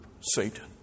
Satan